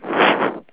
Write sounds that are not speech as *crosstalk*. *breath*